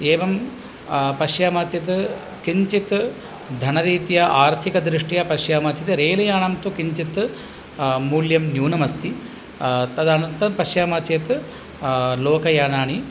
एवं पश्यामः चेत् किञ्चित् धनरित्या आर्थिकदृष्ट्या पश्यामः चेत् रेल् याणं तु किञ्चित् मूल्यं न्यूनमस्ति तद् पश्यामः चेत् लोकयानानि